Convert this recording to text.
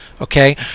okay